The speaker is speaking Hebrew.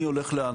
מי הולך לאן,